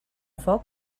foc